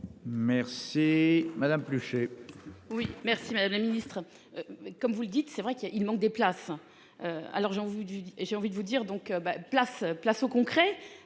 Merci madame Flucher.